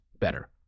better